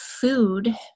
food